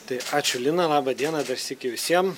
tai ačiū lina laba diena dar sykį visiem